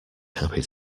happy